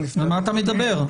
על מה אתה מדבר?